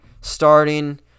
starting